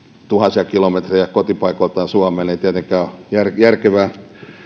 tuhansia kilometrejä kotipaikoiltaan suomeen ei tietenkään ole järkevää